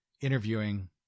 interviewing